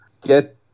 get